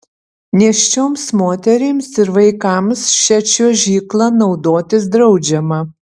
nėščioms moterims ir vaikams šia čiuožykla naudotis draudžiama